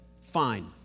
Fine